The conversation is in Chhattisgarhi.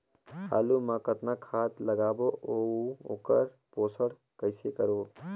आलू मा कतना खाद लगाबो अउ ओकर पोषण कइसे करबो?